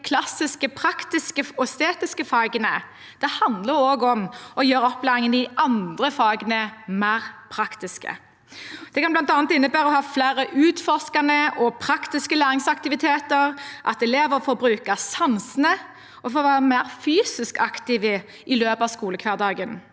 de klassiske praktiske og estetiske fagene. Det handler også om å gjøre opplæringen i de andre fagene mer praktiske. Det kan bl.a. innebære å ha flere utforskende og praktiske læringsaktiviteter, at elever får bruke sansene og får være mer fysisk aktive i løpet av skolehverdagen.